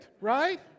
right